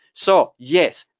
so yes,